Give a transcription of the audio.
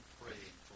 praying